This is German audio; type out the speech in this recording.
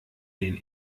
den